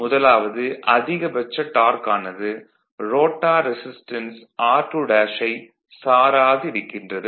முதலாவது அதிகபட்ச டார்க் ஆனது ரோட்டார் ரெசிஸ்டன்ஸ் r2 ஐச் சாராது இருக்கிறது